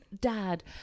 dad